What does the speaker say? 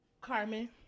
Carmen